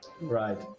Right